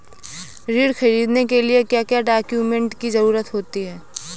ऋण ख़रीदने के लिए क्या क्या डॉक्यूमेंट की ज़रुरत होती है?